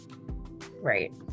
Right